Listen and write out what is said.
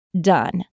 done